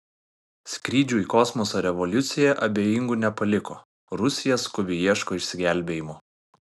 skrydžių į kosmosą revoliucija abejingų nepaliko rusija skubiai ieško išsigelbėjimo